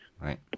right